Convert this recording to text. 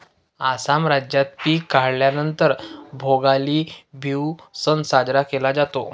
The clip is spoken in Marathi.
आसाम राज्यात पिक काढल्या नंतर भोगाली बिहू सण साजरा केला जातो